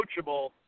coachable